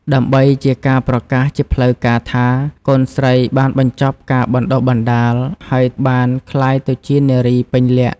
ដើម្បីជាការប្រកាសជាផ្លូវការថា កូនស្រីបានបញ្ចប់ការបណ្តុះបណ្តាល ហើយបានក្លាយទៅជានារីពេញលក្ខណ៍។